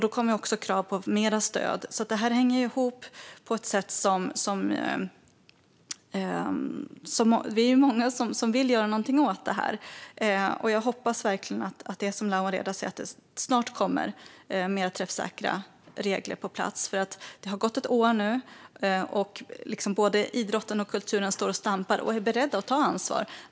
Då kommer också krav på mer stöd. Detta hänger alltså ihop på ett sätt, och vi är många som vill göra någonting åt detta. Jag hoppas verkligen att det är som Lawen Redar säger att det snart kommer mer träffsäkra regler på plats. Det har gått ett år nu, och både idrotten och kulturen står och stampar och är beredda att ta ansvar.